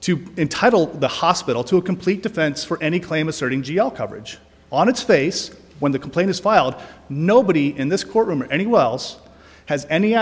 to entitle the hospital to a complete defense for any claim asserting g l coverage on its face when the complaint is filed nobody in this courtroom or anyone else has any